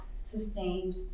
sustained